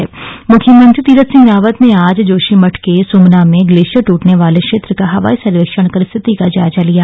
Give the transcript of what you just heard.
मुख्यमंत्री आपदा मुख्यमंत्री तीरथ सिंह रावत ने आज जोशीमठ के सुमना में ग्लेशियर टूटने वाले क्षेत्र का हवाई सर्वेक्षण कर स्थिति का जायजा लिया